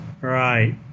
Right